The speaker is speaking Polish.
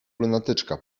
lunatyczka